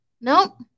Nope